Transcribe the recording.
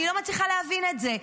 אני לא מצליחה להבין את זה.